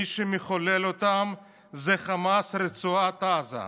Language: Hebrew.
מי שמחולל אותן זה חמאס רצועת עזה.